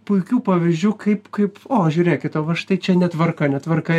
puikių pavyzdžių kaip kaip o žiūrėkit va štai čia netvarka netvarka